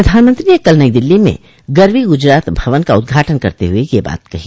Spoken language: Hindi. प्रधानमंत्री ने कल नई दिल्ली में गरवी गुजरात भवन का उद्घाटन करते हुए यह बात कही